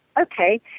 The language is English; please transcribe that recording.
Okay